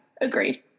Agreed